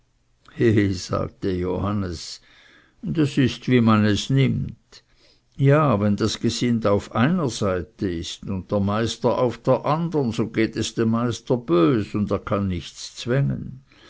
sagte johannes das ist wie man es nimmt ja wenn das gesind auf einer seite ist und der meister auf der andern so geht es dem meister bös und er kann nichts zwängen